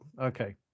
okay